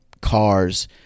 cars